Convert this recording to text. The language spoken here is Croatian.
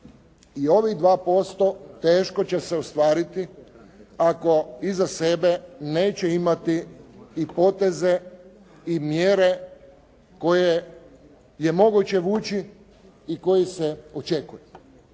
I ovih 2% teško će se ostvariti ako iza sebe neće imati i poteze i mjere koje je moguće vući i koji se očekuju.